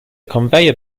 conveyor